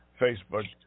facebook